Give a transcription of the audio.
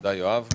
תודה יואב.